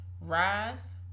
Rise